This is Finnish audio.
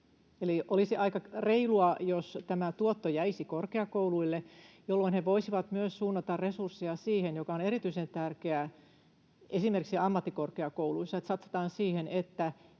olisi aika reilua, että tämä tuotto jäisi korkeakouluille, jolloin he voisivat myös suunnata resursseja siihen, mikä on erityisen tärkeää, ja esimerkiksi ammattikorkeakouluissa